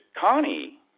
Connie